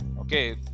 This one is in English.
Okay